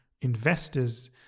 investors